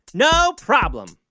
no problem